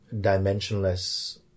dimensionless